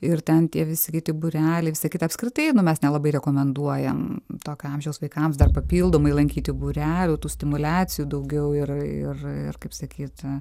ir ten tie visi kiti būreliai visa kita apskritai mes nelabai rekomenduojam tokio amžiaus vaikams dar papildomai lankyti būrelių tų stimuliacijų daugiau ir ir ir kaip sakyt